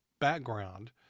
background